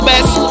Best